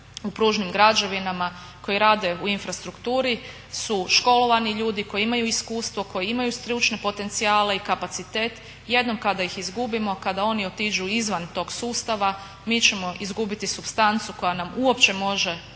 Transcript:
u pružnim građevinama, koji rade u Infrastrukturi su školovani ljudi koji imaju iskustvo, koji imaju stručne potencijale i kapacitet. Jednom kada ih izgubimo, kada oni otiđu izvan tog sustava mi ćemo izgubiti supstancu koja nam uopće može